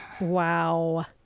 Wow